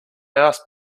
asked